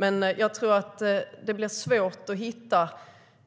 Men jag tror att det är svårt att hitta